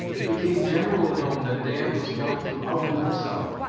it became generally known that dan was going to out-do himself,